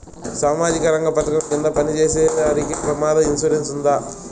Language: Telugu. సామాజిక రంగ పథకం కింద పని చేసేవారికి ప్రమాద ఇన్సూరెన్సు ఉందా?